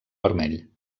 vermell